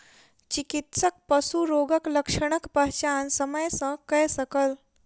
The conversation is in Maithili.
चिकित्सक पशु रोगक लक्षणक पहचान समय सॅ कय सकल